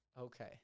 Okay